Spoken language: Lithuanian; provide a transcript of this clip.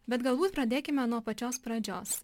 bet galbūt pradėkime nuo pačios pradžios